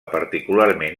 particularment